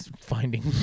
finding